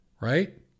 right